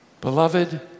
beloved